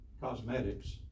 cosmetics